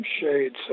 shades